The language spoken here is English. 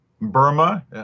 Burma